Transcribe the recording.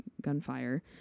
gunfire